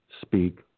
speak